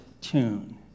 tune